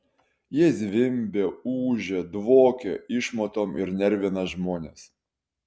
jie zvimbia ūžia dvokia išmatom ir nervina žmones